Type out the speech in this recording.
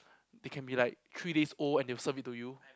they can be like three days old and they serve it to you